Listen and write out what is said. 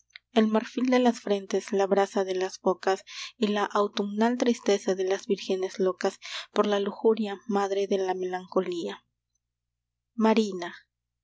el marfil de las frentes la brasa de las bocas y la autumnal tristeza de las vírgenes locas por la lujuria madre de la melancolía